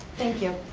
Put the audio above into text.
thank you.